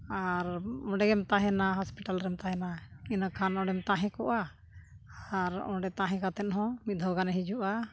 ᱟᱨ ᱚᱸᱰᱮᱜᱮᱢ ᱛᱟᱦᱮᱱᱟ ᱦᱚᱥᱯᱤᱴᱟᱞ ᱨᱮᱢ ᱛᱟᱦᱮᱱᱟ ᱤᱱᱟᱹᱠᱷᱟᱱ ᱚᱸᱰᱮᱢ ᱛᱟᱦᱮᱸ ᱠᱚᱜᱼᱟ ᱟᱨ ᱚᱸᱰᱮ ᱛᱟᱦᱮᱸ ᱠᱟᱛᱮᱫ ᱦᱚᱸ ᱢᱤᱫ ᱫᱷᱟᱣ ᱜᱟᱱᱮ ᱦᱤᱡᱩᱜᱼᱟ